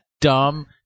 dumb